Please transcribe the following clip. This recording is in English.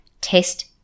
test